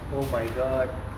oh my god